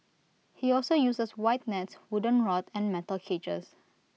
he also uses wide nets wooden rod and metal cages